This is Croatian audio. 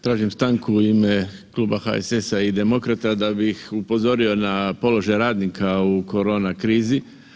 Tražim stanku u ime Kluba HSS-a i Demokrata da bih upozorio na položaj radnika u korona krizi.